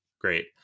Great